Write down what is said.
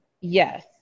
yes